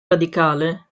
radicale